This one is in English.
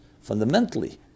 fundamentally